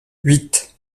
huit